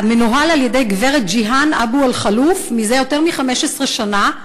המנוהל על-ידי גברת ג'יהאן אבו אלחוף זה יותר מ-15 שנה,